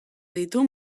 ditu